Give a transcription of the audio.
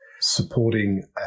supporting